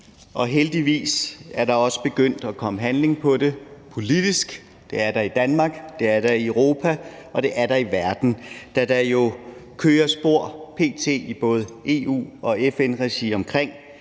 og heldigvis er der også begyndt at komme handling på det politisk. Det er der i Danmark, det er der i Europa, og det er der i verden, da der jo p.t. kører spor i både EU- og FN-regi omkring,